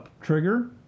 trigger